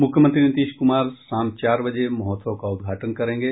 मुख्यमंत्री नीतीश कुमार शाम चार बजे महोत्सव का उद्घाटन करेंगे